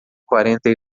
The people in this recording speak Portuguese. quarenta